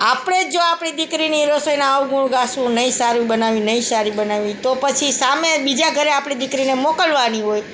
આપણે જ જો આપણી દીકરીની રસોઈના અવગુણ ગાઈશું નહીં સારી બનાવી નહીં સારી બનાવી તો પછી સામે બીજા ઘરે આપણી દીકરીને મોકલવાની હોય